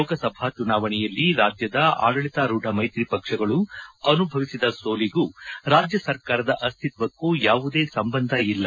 ಲೋಕಸಭಾ ಚುನಾವಣೆಯಲ್ಲಿ ರಾಜ್ಯದ ಆಡಳಿತಾರೂಢ ಮೈತ್ರಿ ಪಕ್ಷಗಳು ಅನುಭವಿಸಿದ ಸೋಲಿಗೂ ರಾಜ್ಯ ಸರ್ಕಾರದ ಅಸ್ತಿತ್ವಕ್ಕೂ ಯಾವುದೇ ಸಂಬಂಧ ಇಲ್ಲ